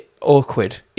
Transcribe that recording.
Awkward